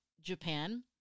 Japan